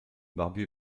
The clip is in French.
barbu